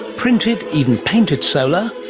printed, even painted solar.